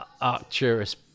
Arcturus